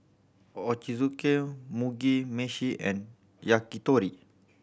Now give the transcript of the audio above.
Ochazuke Mugi Meshi and Yakitori